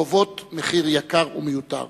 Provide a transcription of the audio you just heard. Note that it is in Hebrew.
הגובות מחיר יקר ומיותר.